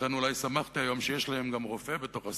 לכן אולי שמחתי היום שיש להם גם רופא בסיעה,